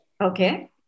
okay